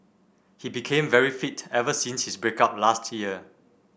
he became very fit ever since his break up last year